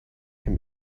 can